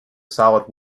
solid